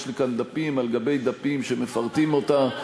יש לי כאן דפים על גבי דפים שמפרטים אותה.